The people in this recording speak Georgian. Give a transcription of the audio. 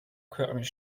ქვეყნის